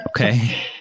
Okay